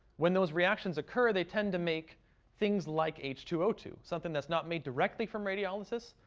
when those reactions occur, they tend to make things like h two o two, something that's not made directly from radiolysis,